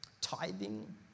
Tithing